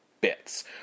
bits